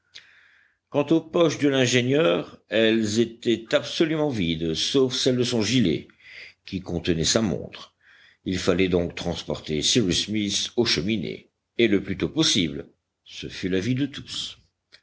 quant aux poches de l'ingénieur elles étaient absolument vides sauf celle de son gilet qui contenait sa montre il fallait donc transporter cyrus smith aux cheminées et le plus tôt possible ce fut l'avis de tous